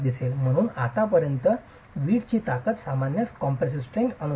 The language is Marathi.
म्हणून आतापर्यंत वीटची ताकद सामान्यत कॉम्प्रेसीव स्ट्रेंग्थ अनुसरण करते